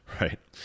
right